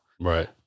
Right